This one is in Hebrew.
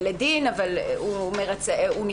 התשנ"א-1991," כלומר הוא לא היה כשיר